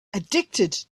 addicted